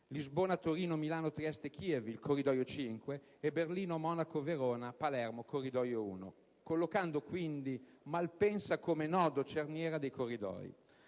Lisbona-Torino-Milano-Trieste-Kiev (Corridoio 5) e Berlino-Monaco-Verona-Palermo (Corridoio 1), collocando quindi Malpensa come nodo, cerniera dei corridoi.